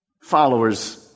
Followers